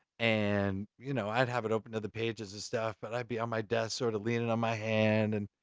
and, you know, i'd have it open to the pages and stuff, but i'd be on my desk, sort of leaning on my hand, and